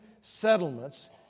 settlements